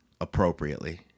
appropriately